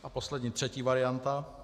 Poslední, třetí varianta.